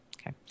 Okay